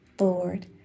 Lord